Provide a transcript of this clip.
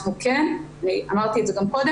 אנחנו כן ואמרתי את זה גם קודם,